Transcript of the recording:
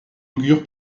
augure